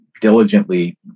diligently